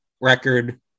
record